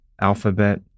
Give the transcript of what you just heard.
Alphabet